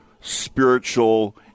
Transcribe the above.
spiritual